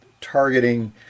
targeting